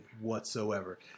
whatsoever